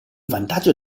vantaggio